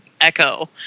Echo